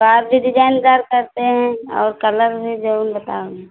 बार भी डिजाइन दार करते हैं और कलर भी जऊन बताओगी